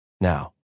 now